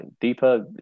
deeper